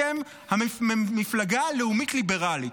אתם המפלגה הלאומית-ליברלית.